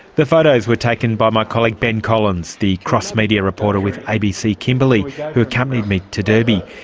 the photos were taken by my colleague ben collins, the cross media reporter with abc kimberley who accompanied me to derby.